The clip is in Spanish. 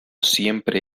siempre